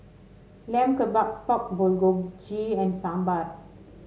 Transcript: Lamb Kebabs Pork Bulgogi and Sambar